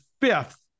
fifth